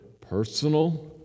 personal